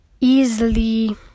easily